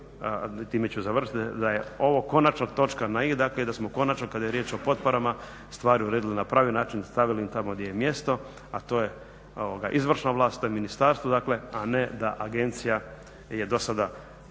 time ću završiti, da je ovo konačno točka na "i", dakle da smo konačno kada je riječ o potporama stvari uredili na pravi način, stavili ih tamo gdje im je mjesto, a to je izvršna vlast, to je ministarstvo, dakle a ne da agencija je do sada